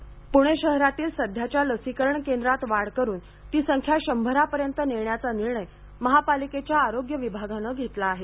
लसीकरण प्णे पुणे शहरातील सध्याच्या लसीकरण केंद्रात वाढ करून ती संख्या शंभरापर्यंत नेण्याचा निर्णय महापालिकेच्या आरोग्य विभागाने घेतला आहे